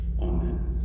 amen